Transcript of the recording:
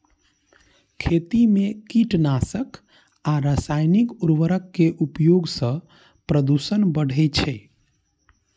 खेती मे कीटनाशक आ रासायनिक उर्वरक के उपयोग सं प्रदूषण बढ़ै छै